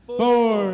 four